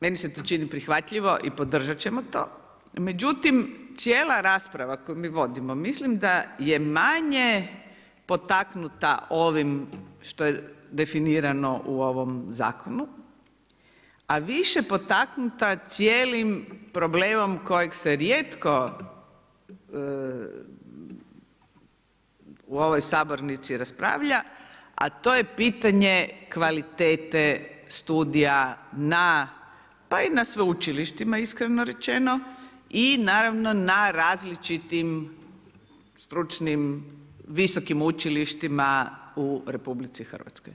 Meni se to čini prihvatljivo i podržat ćemo to, međutim cijela rasprava koju mi vodimo mislim da je manje potaknuta ovim što je definirano u ovom zakonu, a više potaknuta cijelim problem kojeg se rijetko u ovoj sabornici raspravlja, a to je pitanje kvalitete studija na pa i na sveučilištima iskreno rečeno i na različitim stručnim visokim učilištima u RH.